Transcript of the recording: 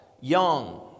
young